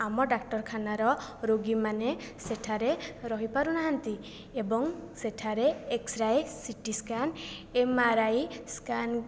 ଆମ ଡାକ୍ତରଖାନାର ରୋଗୀମାନେ ସେଠାରେ ରହିପାରୁନାହାନ୍ତି ଏବଂ ସେଠାରେ x ray CT scan M R I scan